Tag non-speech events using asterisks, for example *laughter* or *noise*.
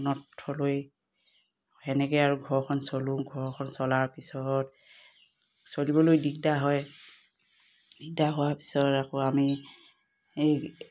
*unintelligible* আৰু ঘৰখন চলোঁ ঘৰখন চলাৰ পিছত চলিবলৈ দিগদাৰ হয় দিগদাৰ হোৱাৰ পিছত আকৌ আমি এই